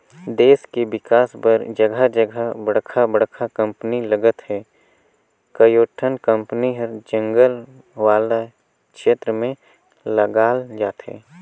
देस के बिकास बर जघा जघा बड़का बड़का कंपनी लगत हे, कयोठन कंपनी हर जंगल वाला छेत्र में लगाल जाथे